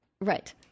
Right